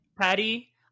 patty